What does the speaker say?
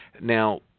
Now